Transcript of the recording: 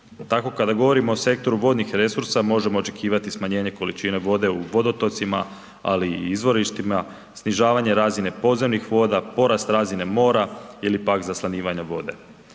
Tako kada govorimo o sektoru vodnih resursa možemo očekivati smanjenje količine vode u vodotocima, ali i izvorištima, snižavanje razine podzemnih voda, porast razine mora ili pak zaslanjivanja vode.